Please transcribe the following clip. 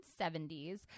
1970s